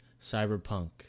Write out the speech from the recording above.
Cyberpunk